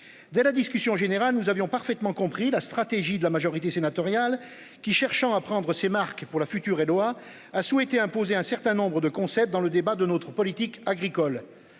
De la discussion générale nous avions parfaitement compris la stratégie de la majorité sénatoriale qui cherchant à prendre ses marques pour la future et doit a souhaité imposer un certain nombre de concepts dans le débat de notre politique agricole.